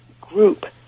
group